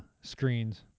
screens